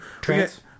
Trans